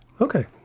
Okay